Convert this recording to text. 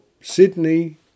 Sydney